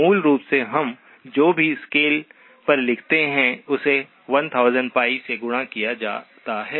मूल रूप से हम जो भी स्केल पर लिखते हैं उसे 1000 π से गुणा किया जाता है